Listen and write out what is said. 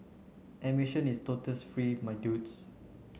admission is totes free my dudes